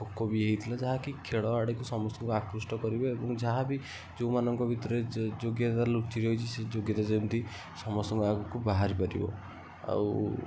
ଖୋ ଖୋ ବି ହେଇଥିଲା ଯାହାକି ଖେଳ ଆଡ଼କୁ ସମସ୍ତଙ୍କୁ ଆକୃଷ୍ଟ କରିବ ଏବଂ ଯାହା ବି ଯେଉଁମାନଙ୍କ ଭିତରେ ଯୋଗ୍ୟତା ଲୁଚି ରହିଛି ଯୋଗ୍ୟତା ଯେମିତି ସମସ୍ତଙ୍କ ଆଗକୁ ବାହାରି ପାରିବ ଆଉ